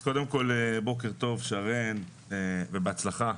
בוקר טוב שרן ובהצלחה.